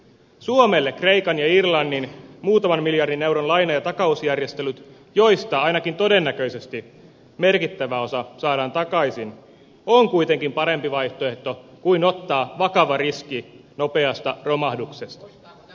suomelle kreikan ja irlannin muutaman miljardin euron laina ja takausjärjestelyt joista ainakin todennäköisesti merkittävä osa saadaan takaisin ovat kuitenkin parempi vaihtoehto kuin ottaa vakava riski nopeasta romahduksesta